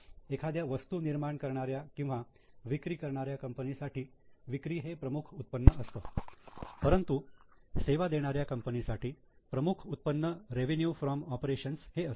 एखाद्या वस्तू निर्माण करणाऱ्या किंवा विक्री करणाऱ्या कंपनीसाठी विक्री हे प्रमुख उत्पन्न असतं परंतु सेवा देणाऱ्या कंपनीसाठी प्रमुख उत्पन्न रेवीन्यू फ्रॉम ऑपरेशन्स हे असतं